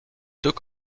deux